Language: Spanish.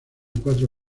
cuatro